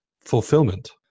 fulfillment